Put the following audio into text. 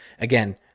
Again